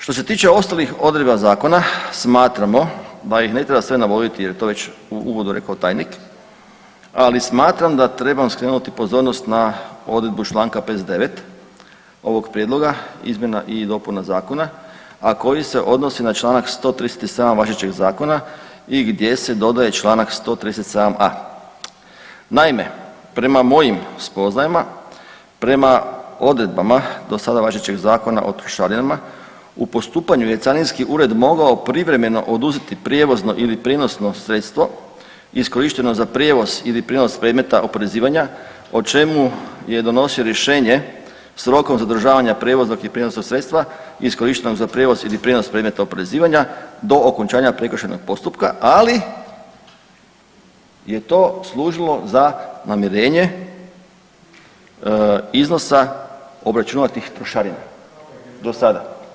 Što se tiče ostalih odredba Zakona, smatramo da ih ne treba sve navodit, jer je to već u uvodu rekao tajnik, ali smatram da trebam skrenuti pozornost na odredbu članka 59. ovog prijedloga izmjena i dopuna zakona, a koji se odnosi na članak 137. važećeg zakona i gdje se dodaje članak 137a. Naime, prema mojim spoznajama, prema odredbama do sada važećeg Zakona o trošarinama, u postupanju je carinski ured mogao privremeno oduzeti prijevozno ili prijenosno sredstvo iskorišteno za prijevoz ili prijenos predmeta oporezivanja o čemu je donosio rješenje sa rokom zadržavanja prijevoznog i prijenosnog sredstva iskorištenog za prijevoz ili prijenos predmeta oporezivanja do okončanja prekršajnog postupka ali je to služilo za namirenje iznosa obračunatih trošarina do sada.